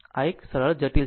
આ એક સરળ જટિલ સંખ્યા છે